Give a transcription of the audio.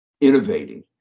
innovating